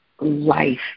life